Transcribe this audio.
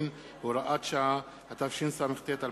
הודעה של סגן מזכיר הכנסת.